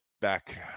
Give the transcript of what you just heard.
back